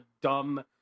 dumb